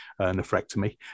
nephrectomy